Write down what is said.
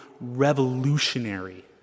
revolutionary